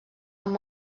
amb